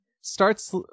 starts